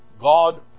God